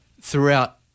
throughout